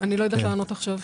יודעת לענות עכשיו.